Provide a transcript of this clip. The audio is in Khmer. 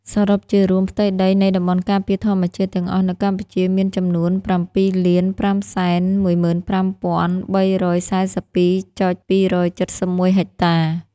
សរុបជារួម ផ្ទៃដីនៃតំបន់ការពារធម្មជាតិទាំងអស់នៅកម្ពុជាមានចំនួន ៧,៥១៥,៣៤២.២៧១ ហិកតា។